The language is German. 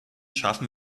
schaffen